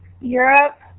Europe